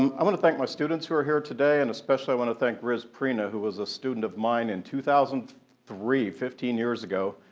um i want to thank my students who are here today, and especially, i want to thank riz prina, who was a student of mine in two thousand and three, fifteen years ago,